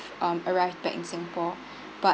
um arrive back in singapore but